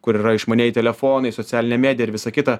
kur yra išmanieji telefonai socialinė medija ir visa kita